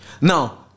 Now